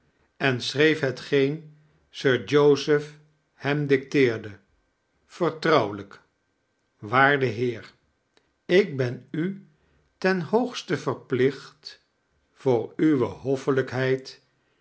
en schreef hetgeen sir joseph hem dicteerde vertrouwelijk waarde heesr ik ben u ten hoogste verplicht voor uwe